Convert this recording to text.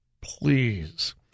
Please